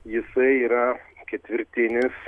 jisai yra ketvirtinis